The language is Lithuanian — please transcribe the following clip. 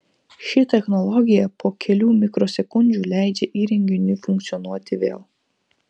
ši technologija po kelių mikrosekundžių leidžia įrenginiui funkcionuoti vėl